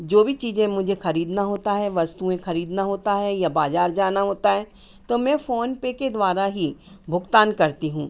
जो भी चीज़ें मुझे ख़रीदना होता है वस्तुएँ ख़रीदना होता है या बाज़ार जाना होता है तो मैं फ़ोनपे के द्वारा ही भुगतान करती हूँ